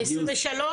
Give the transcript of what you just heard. ל-2023?